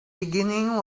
beginning